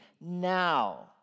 now